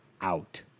Out